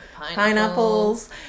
pineapples